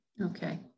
Okay